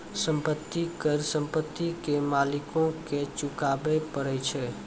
संपत्ति कर संपत्ति के मालिको के चुकाबै परै छै